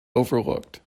overlooked